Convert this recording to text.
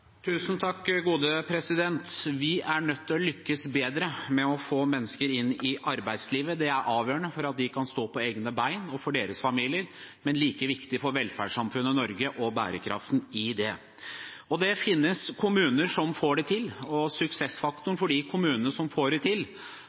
avgjørende for at de skal kunne stå på egne bein og for deres familier, men like viktig for velferdssamfunnet Norge og bærekraften i det. Det finnes kommuner som får det til, og suksessfaktoren for de kommunene som får det til